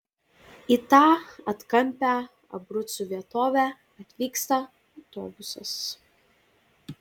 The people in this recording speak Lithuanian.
į tą atkampią abrucų vietovę atvyksta autobusas